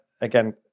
again